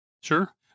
Sure